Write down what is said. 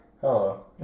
Hello